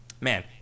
man